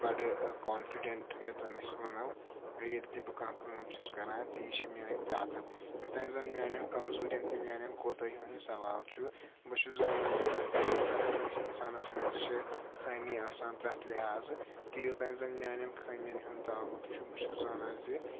بَڑٕ کونفِڈنٛٹ یَتھ زَن أسۍ وَنو ییٚلہِ تہِ بہٕ کانٛہہ کٲم چھُس کران تہِ یہِ چھِ میٲنۍ طاقت یوٚتانۍ زَن میٛانٮ۪ن کمزوٗری۪ن تہِ میٛانٮ۪ن کوتاہین ہنٛد سوال چھُ بہٕ چھُس زانان زِ پرٛٮ۪تھ کانٛہہ پرٛٮ۪تھ کٲنٛسہِ اِنسانَس منٛز چھِ خٲمی آسان پرٛٮ۪تھ لِحاظ تہٕ یوتانۍ زَن میٛانٮ۪ن خٲمیٮ۪ن ہُنٛد تعلُق چھُ بہٕ چھُس زانان زِ